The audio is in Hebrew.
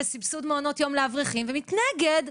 וסבסוד מעונות יום לאברכים ומנגד,